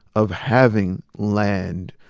of having land,